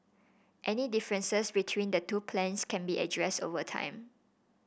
any differences between the two plans can be addressed over time